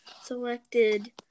selected